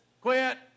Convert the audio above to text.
Quit